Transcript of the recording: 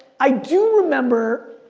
i do remember,